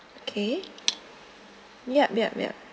okay yup yup yup